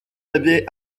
abbés